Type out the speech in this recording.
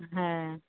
হ্যাঁ